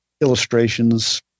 illustrations